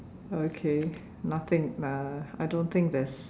okay nothing uh I don't think there's